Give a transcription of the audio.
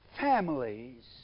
families